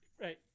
right